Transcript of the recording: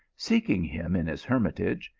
seeking him in his hermitage,